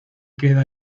queda